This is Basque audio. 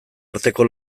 arteko